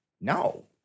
No